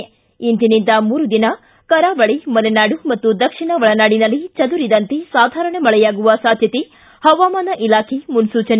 ು ಇಂದಿನಿಂದ ಮೂರು ದಿನ ಕರಾವಳಿ ಮಲೆನಾಡು ಮತ್ತು ದಕ್ಷಿಣ ಒಳನಾಡಿನಲ್ಲಿ ಚದುರಿದಂತೆ ಸಾಧಾರಣ ಮಳೆಯಾಗುವ ಸಾಧ್ಯತೆ ಹವಾಮಾನ ಇಲಾಖೆ ಮುನ್ಸೂಚನೆ